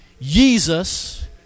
Jesus